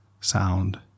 sound